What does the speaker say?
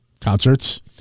concerts